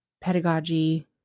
pedagogy